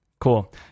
cool